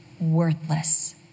worthless